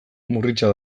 murritza